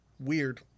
weird